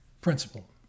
principle